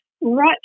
right